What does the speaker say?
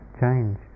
change